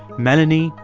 melanie,